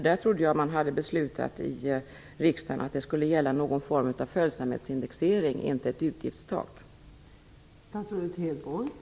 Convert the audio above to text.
Jag trodde att man hade beslutat i riksdagen att någon form av följsamhetsindexering, och inte ett utgiftstak, skulle gälla.